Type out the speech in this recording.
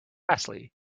lastly